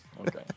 Okay